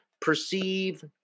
perceive